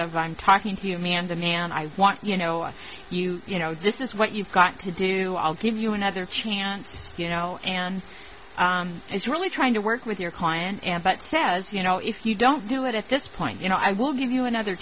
of i'm talking to you man the man i want you know i you you know this is what you've got to do i'll give you another chance you know and is really trying to work with your client and that says you know if you don't do it at this point you know i will give you another